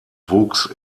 wuchs